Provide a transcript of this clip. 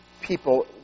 people